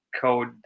code